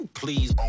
please